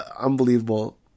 unbelievable